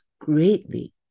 greatly